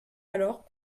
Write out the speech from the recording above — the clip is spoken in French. alors